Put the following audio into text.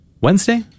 wednesday